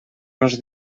los